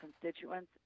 constituents